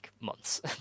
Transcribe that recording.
months